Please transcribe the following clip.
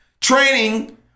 training